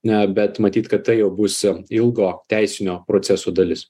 ne bet matyt kad tai jau būsi ilgo teisinio proceso dalis